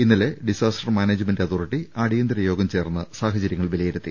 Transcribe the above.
ഇന്നലെ disaster management authority അടിയന്തര യോഗം ചേർന്ന് സാഹചര്യങ്ങൾ വിലയിരുത്തി